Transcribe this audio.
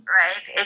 right